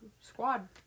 squad